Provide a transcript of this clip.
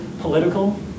political